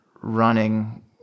running